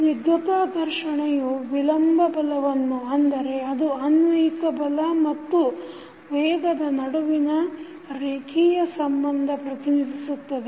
ಸ್ನಿಗ್ಧತಾ ಘರ್ಷಣೆಯು ವಿಲಂಬ ಬಲವನ್ನು ಅಂದರೆ ಅದು ಅನ್ವಯಿಕ ಬಲ ಮತ್ತು ವೇಗದ ನಡುವಿನ ರೇಖಿಯ ಸಂಬಂಧ ಪ್ರತಿನಿಧಿಸುತ್ತದೆ